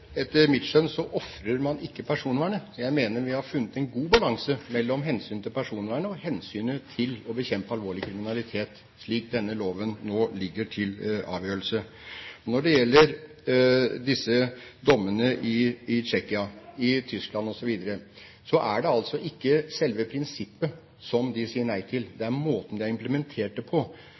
Etter mitt skjønn ofrer man ikke personvernet. Jeg mener vi har funnet en god balanse mellom hensynet til personvernet og hensynet til å bekjempe alvorlig kriminalitet slik denne loven nå ligger til avgjørelse. Når det gjelder disse dommene i Tsjekkia, i Tyskland osv., er det altså ikke selve prinsippet som de sier nei til, det er måten de har implementert det på.